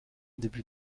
début